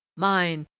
mine,